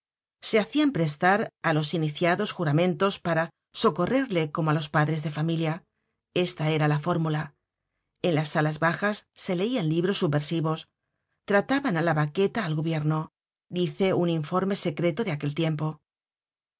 se hacian prestar á los iniciados juramentos para socorrerle como á los padres de familia esta era la fórmula content from google book search generated at en las salas bajas se leian libros subversivos trataban á la ba queta al gobierno dice un informe secreto de aquel tiempo